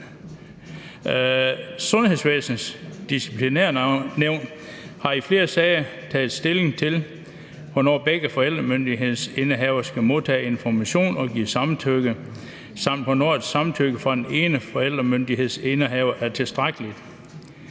Sundhedsvæsenets Disciplinærnævn har i flere sager taget stilling til, hvornår begge forældremyndighedsindehavere skal modtage information og give samtykke, samt hvornår et samtykke fra den ene forældremyndighedsindehaver er tilstrækkeligt.